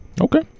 Okay